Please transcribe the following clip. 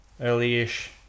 early-ish